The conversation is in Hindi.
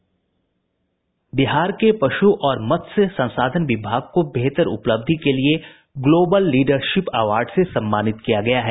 बिहार के पशु और मत्स्य संसाधन विभाग को बेहतर उपलब्धि के लिए ग्लोबल लीडरशिप अवार्ड से सम्मानित किया गया है